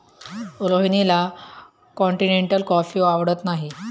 रोहिणीला continental coffee आवडत नाही